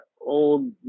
old